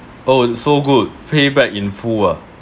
oh so good pay back in full ah